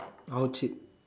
how cheap